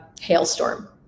hailstorm